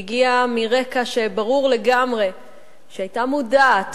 שהגיעה מרקע שברור לגמרי ממנו שהיא היתה מודעת